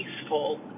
peaceful